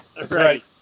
right